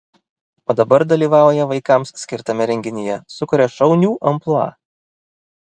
o dabar dalyvauja vaikams skirtame renginyje sukuria šaunių amplua